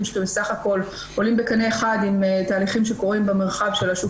שבסך הכול עולים בקנה אחד עם תהליכים שקורים במרחב של השוק